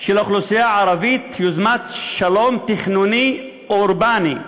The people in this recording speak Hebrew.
של האוכלוסייה הערבית, יוזמת שלום תכנוני ואורבני,